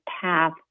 path